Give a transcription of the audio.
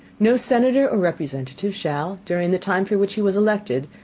no senator or representative shall, during the time for which he was elected,